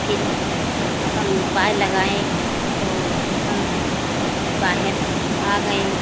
फिर अपन उपाय लगाए तो हम बाहर आ गए